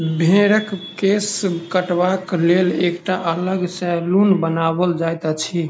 भेंड़क केश काटबाक लेल एकटा अलग सैलून बनाओल जाइत अछि